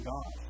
God